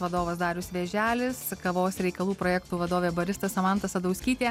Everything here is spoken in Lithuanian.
vadovas darius vėželis kavos reikalų projektų vadovė barista samanta sadauskytė